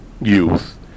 youth